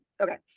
okay